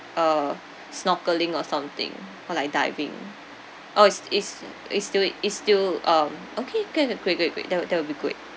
uh snorkeling or something or like diving orh is it's it's still i~ it's still um okay good great great great that'll that will be good